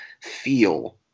feel